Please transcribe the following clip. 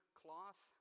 cloth